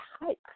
hype